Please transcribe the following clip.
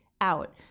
out